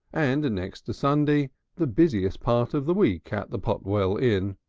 and next to sunday the busiest part of the week at the potwell inn.